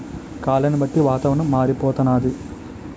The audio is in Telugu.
కాలాన్ని బట్టి వాతావరణం మారిపోతన్నాది